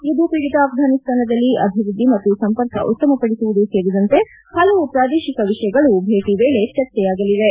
ಯುದ್ವಪೀಡಿತ ಆಫ್ರಾನಿಸ್ತಾನದಲ್ಲಿ ಅಭಿವೃದ್ದಿ ಮತ್ತು ಸಂಪರ್ಕ ಉತ್ತಮಪಡಿಸುವುದು ಸೇರಿದಂತೆ ಹಲವು ಪ್ರಾದೇಶಿಕ ವಿಷಯಗಳು ಭೇಟ ವೇಳ ಚರ್ಚೆಯಾಗಲಿವೆ